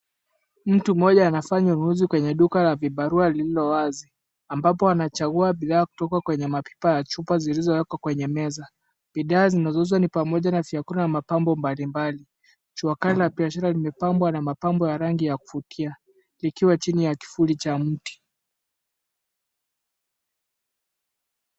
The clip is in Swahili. Mtu mmoja anafanya uuzi kwenye duka la vibarua lililo wazi ambapo anachagua bidhaa kutoka kwenye mapipa ya chupa zilizowekwa kwenye meza. Bidhaa zinazouzwa ni pamoja na vyakula na mapambo mbalimbali. Jua kali na biashara limepambwa na mapambo ya rangi ya kuvutia likiwa chini ya kivuli cha mti.